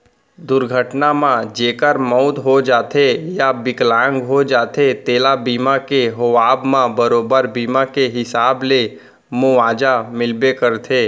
दुरघटना म जेकर मउत हो जाथे या बिकलांग हो जाथें तेला बीमा के होवब म बरोबर बीमा के हिसाब ले मुवाजा मिलबे करथे